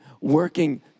working